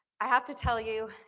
i have to tell you,